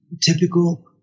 typical